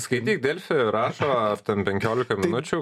skaityk delfi rašo penkiolika minučių